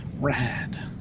Rad